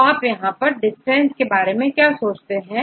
तोआप यहां पर डिस्टेंस के बारे में क्या सोचेंगे